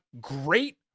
great